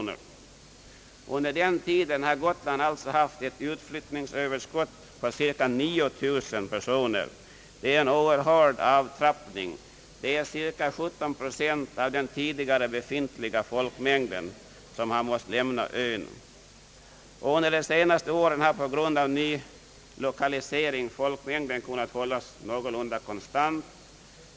Under denna tid har : Gotland således haft ett utflyttningsöverskott på cirka 9 000 personer. Det är en oerhörd avtappning. Det är inte mindre än 17 procent av den tidigare 'befintliga folkmängden som har måst lämna ön. Under de senaste åren har folkmängden på grund av nylokaliseringen kunnat: hållas någorlunda konstant.